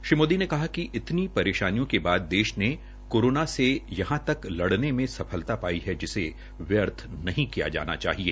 श्री मोदी ने कहा कि इतनी परेशानियों के बाद देश ने कोरोना से यहां तक लड़ने में सफलता पाई है जिसे व्यर्थ नहीं किया जाना चाहिए